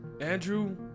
Andrew